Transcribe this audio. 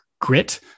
grit